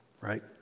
right